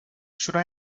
should